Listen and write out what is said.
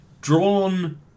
drawn